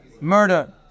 murder